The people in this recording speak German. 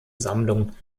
sammlung